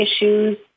issues